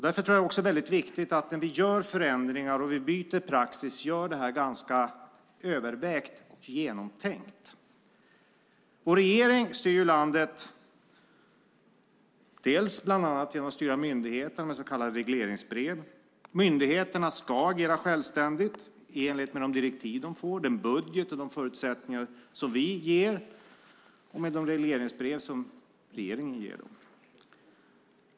Därför tror jag att det är väldigt viktigt att vi när vi gör förändringar och byter praxis gör det ganska övervägt och genomtänkt. Vår regering styr landet bland annat genom att styra myndigheter med så kallade regleringsbrev. Myndigheterna ska agera självständigt i enlighet med de direktiv de får, den budget och de förutsättningar som vi ger och med de regleringsbrev som regeringen ger.